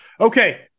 Okay